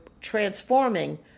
transforming